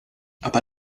aber